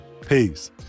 Peace